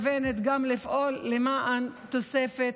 ואני מתכוונת גם לפעול למען תוספת,